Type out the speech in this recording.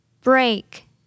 Break